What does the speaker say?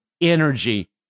energy